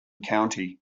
county